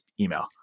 email